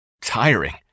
tiring